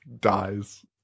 dies